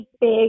big